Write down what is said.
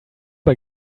bei